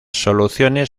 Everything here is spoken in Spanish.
soluciones